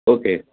okay